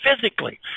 physically